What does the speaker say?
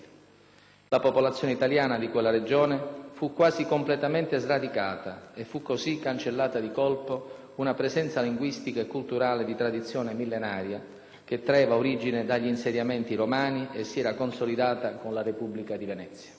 la popolazione italiana di quella regione fu quasi completamente sradicata, e fu così cancellata di colpo una presenza linguistica e culturale di tradizione millenaria, che traeva origine dagli insediamenti romani e si era consolidata con la Repubblica di Venezia.